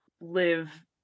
live